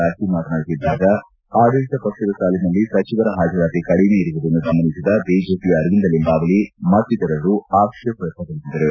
ರಾಜೀವ್ ಮಾತನಾಡುತ್ತಿದ್ದಾಗ ಆಡಳಿತ ಪಕ್ಷದ ಸಾಲಿನಲ್ಲಿ ಸಚಿವರ ಪಾಜರಾತಿ ಕಡಿಮೆ ಇರುವುದನ್ನು ಗಮನಿಸಿದ ಬಿಜೆಪಿಯ ಅರವಿಂದ ಲಿಂಬಾವಳಿ ಮತ್ತಿತರರು ಆಕ್ಷೇಪ ವ್ಯಕ್ತ ಪಡಿಸಿದರು